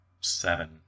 Seven